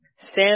Stand